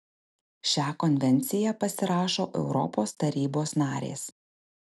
šią konvenciją pasirašo europos tarybos narės